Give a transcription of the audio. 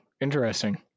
interesting